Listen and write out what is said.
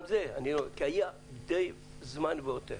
היה זמן די והותר.